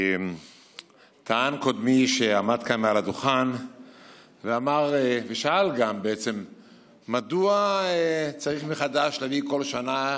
טען קודמי שעמד כאן על הדוכן ושאל מדוע צריך להביא בכל שנה